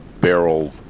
barrel